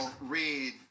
read